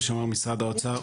כמו שאומר משרד האוצר,